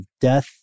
death